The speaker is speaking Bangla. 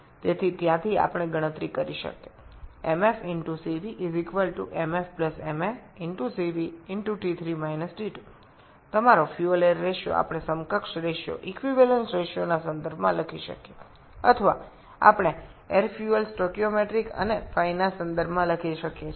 সুতরাং সেখান থেকে আমরা গণনা করতে পারি mfCVmfmaCv আপনার জ্বালানী বায়ু অনুপাত আমরা সমতুল্য অনুপাতের নিরিখে একটি লিখতে পারি বা আমরা বায়ু জ্বালানী স্টিওচিওমেট্রিক এবং ϕ এর নিরিখে লিখতে পারি